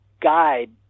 guide